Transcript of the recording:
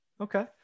Okay